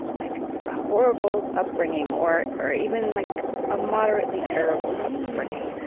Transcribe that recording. like a horrible upbringing, or or even like a moderately terrible upbringing,